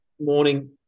Morning